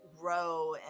grow